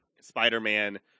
Spider-Man